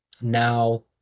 Now